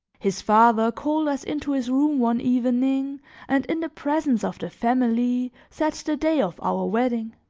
his father called us into his room one evening and, in the presence of the family, set the day of our wedding.